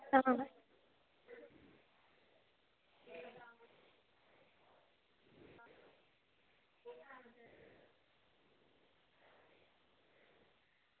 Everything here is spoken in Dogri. आं